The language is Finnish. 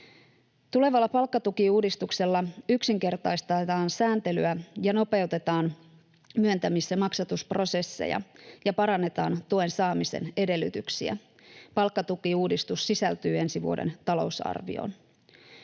Tulevalla palkkatukiuudistuksella yksinkertaistetaan sääntelyä ja nopeutetaan myöntämis‑ ja maksatusprosesseja ja parannetaan tuen saamisen edellytyksiä. Palkkatukiuudistus sisältyy ensi vuoden talousarvioon.